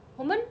我们